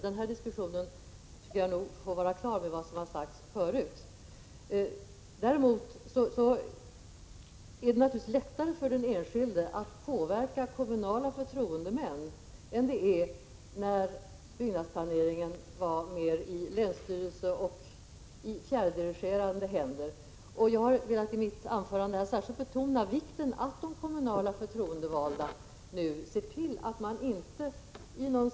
Den här diskussionen tycker jag nog får vara avklarad med vad som har sagts förut. 72 Däremot vill jag säga att det naturligtvis är lättare för den enskilde att påverka kommunala förtroendemän än det var när byggnadsplaneringen var Prot. 1986/87:36 mer i fjärrdirigerande händer. Jag har i mitt anförande särskilt velat betona 26 november 1986 vikten av att de kommunala förtroendevalda nu ser till att man inte i någon.